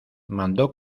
mandó